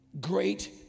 Great